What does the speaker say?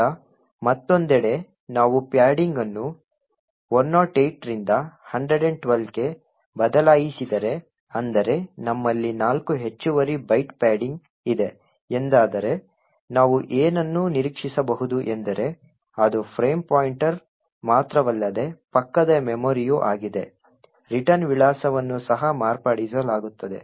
ಈಗ ಮತ್ತೊಂದೆಡೆ ನಾವು ಪ್ಯಾಡಿಂಗ್ ಅನ್ನು 108 ರಿಂದ 112 ಕ್ಕೆ ಬದಲಾಯಿಸಿದರೆ ಅಂದರೆ ನಮ್ಮಲ್ಲಿ ನಾಲ್ಕು ಹೆಚ್ಚುವರಿ ಬೈಟ್ ಪ್ಯಾಡಿಂಗ್ ಇದೆ ಎಂದಾದರೆ ನಾವು ಏನನ್ನು ನಿರೀಕ್ಷಿಸಬಹುದು ಎಂದರೆ ಅದು ಫ್ರೇಮ್ ಪಾಯಿಂಟರ್ ಮಾತ್ರವಲ್ಲದೆ ಪಕ್ಕದ ಮೆಮೊರಿಯೂ ಆಗಿದೆ ರಿಟರ್ನ್ ವಿಳಾಸವನ್ನು ಸಹ ಮಾರ್ಪಡಿಸಲಾಗುತ್ತದೆ